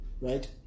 right